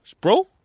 Bro